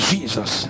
Jesus